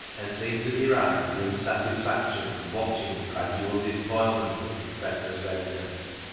and seemed to derive grim satisfaction from watching the gradual despoilment of the oppressor's residence.